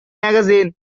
magazine